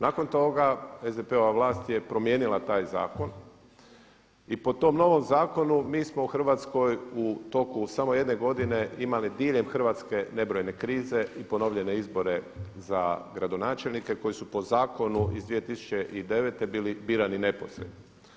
Nakon toga SDP-ova vlast je promijenila taj zakon i po tom novom zakonu mi smo u Hrvatskoj u toku samo jedne godine imali diljem Hrvatske nebrojene krize i ponovljene izbore za gradonačelnike koji su po zakonu iz 2009. bili birani neposredno.